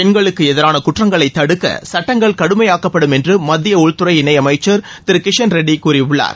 பெண்களுக்கு எதிரான குற்றங்களை தடுக்க சட்டங்கள் கடுமையாக்கப்படும் என்று மத்திய உள்துறை இணையமைச்சர் திரு கிஷன் ரெட்டி கூறியுள்ளார்